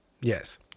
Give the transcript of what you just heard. Yes